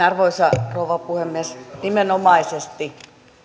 arvoisa rouva puhemies nimenomaisesti